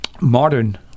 modern